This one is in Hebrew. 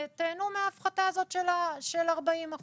תיהנו מהפחתה של 40 אחוזים.